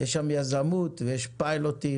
יש שם יזמות ויש פיילוטים,